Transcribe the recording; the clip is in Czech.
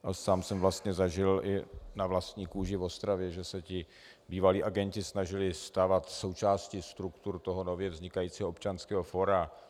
A sám jsem vlastně zažil na vlastní kůži v Ostravě, že se ti bývalí agenti snažili stávat součástí struktur nově vznikajícího Občanského fóra.